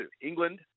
England